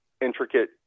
intricate